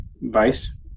vice